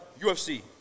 UFC